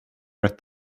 read